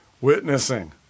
Witnessing